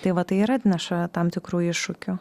tai va tai ir atneša tam tikrų iššūkių